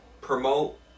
promote